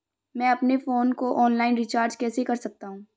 मैं अपने फोन को ऑनलाइन रीचार्ज कैसे कर सकता हूं?